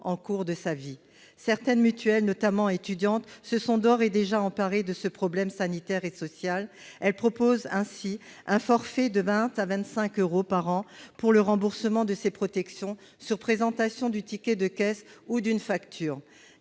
au cours de sa vie. Certaines mutuelles, notamment étudiantes, se sont d'ores et déjà emparées de ce problème sanitaire et social, et proposent un forfait de 20 euros à 25 euros par an pour le remboursement de ces protections, sur présentation du ticket de caisse ou d'une facture.